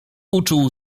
uczuł